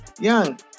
Young